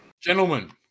gentlemen